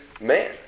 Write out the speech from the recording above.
man